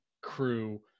crew